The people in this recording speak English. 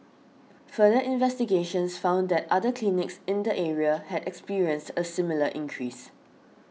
further investigations found that other clinics in the area had experienced a similar increase